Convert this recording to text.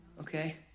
Okay